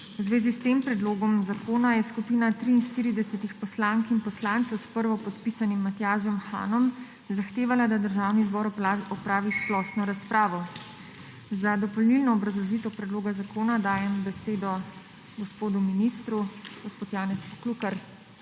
V zvezi s tem predlogom zakona je skupina 43 poslank in poslancev s prvopodpisanim Matjažem Hanom zahtevala, da Državni zbor opravi splošno razpravo. Za dopolnilno obrazložitev predloga zakona dajem besedo gospodu ministru. Gospod Janez Poklukar,